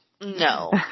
No